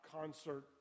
concert